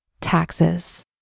taxes